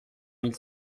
mille